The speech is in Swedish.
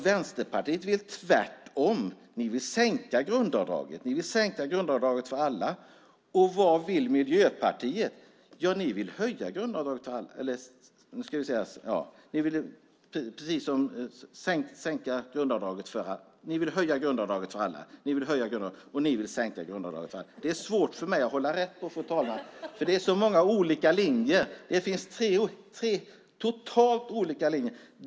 Vänsterpartiet vill tvärtom sänka grundavdraget för alla. Vad vill Miljöpartiet? De vill höja, nej, sänka, nej, höja grundavdraget för alla. De vill höja grundavdraget, och Vänsterpartiet vill sänka grundavdraget. Det är svårt för mig att hålla reda på, fru talman, för det är så många olika linjer. Det finns tre totalt olika linjer!